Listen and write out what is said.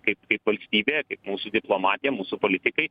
kaip kaip valstybė kaip mūsų diplomatija mūsų politikai